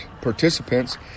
participants